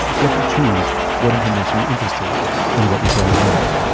you have to choose what information you're interested in and what you're throwing out.